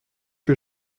que